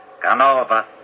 Canova